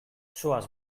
zoaz